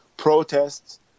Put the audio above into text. Protests